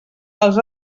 els